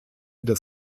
des